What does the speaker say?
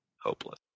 hopeless